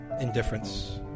indifference